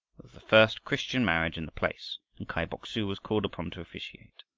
the first christian marriage in the place and kai bok-su was called upon to officiate.